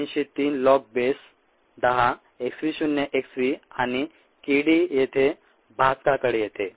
303 log base 10 x v शून्य x v आणि k d येथे भाजकाकडे येते